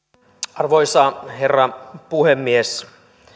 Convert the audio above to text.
arvoisa herra puhemies